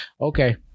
okay